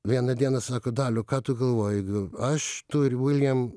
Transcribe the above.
vieną dieną sako daliau ką tu galvoji aš tu ir william